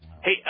Hey